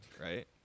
right